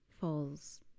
falls